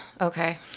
Okay